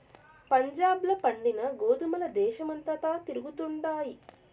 పంజాబ్ ల పండిన గోధుమల దేశమంతటా తిరుగుతండాయి